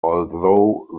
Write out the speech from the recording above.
although